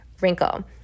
wrinkle